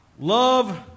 Love